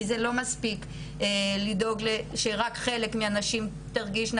כי זה לא מספיק לדאוג שרק חלק מהנשים תרגשנה